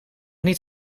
niet